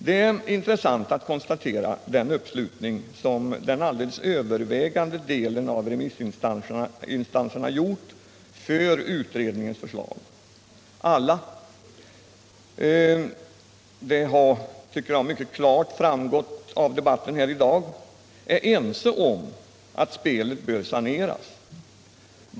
Det är intressant att konstatera att den alldeles övervägande delen av remissinstanserna sluter upp bakom utredningens förslag. Alla — det tycker jag framgått klart av debatten här i dag — är ense om att spelet bör saneras.